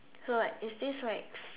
so like it's this s~